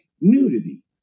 nudity